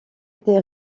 été